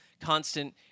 constant